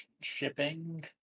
shipping